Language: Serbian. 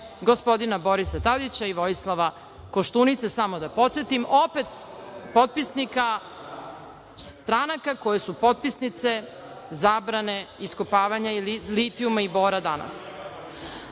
gospodina Borisa Tadića i Vojislava Koštunice, samo da podsetim, opet potpisnika stranaka koje su potpisnice zabrane iskopavanja litijuma i bora danas. Hajde